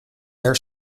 their